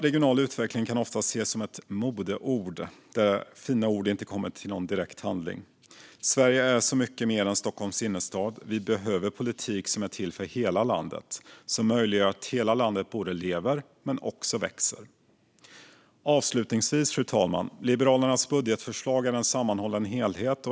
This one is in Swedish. Regional utveckling kan ofta ses som modeord, fina ord som inte leder till någon direkt handling. Sverige är så mycket mer än Stockholms innerstad. Vi behöver politik som är till för hela landet, som möjliggör att hela landet både lever och växer. Avslutningsvis, fru talman, är Liberalernas budgetförslag en sammanhållen helhet.